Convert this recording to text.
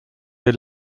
they